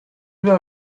vas